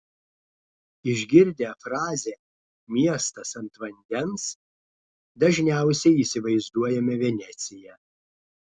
išgirdę frazę miestas ant vandens dažniausiai įsivaizduojame veneciją